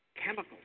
Chemicals